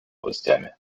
властями